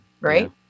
right